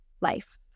life